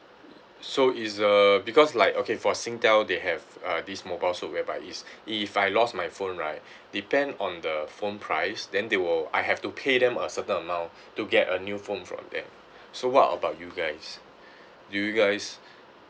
so it's uh because like okay for singtel they have uh this mobileswop whereby is if I lost my phone right depend on the phone price then they will I have to pay them a certain amount to get a new phone from them so what about you guys do you guys